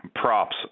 props